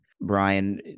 Brian